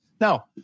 Now